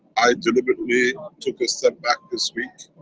i deliberately took a step back this week,